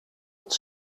het